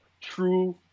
true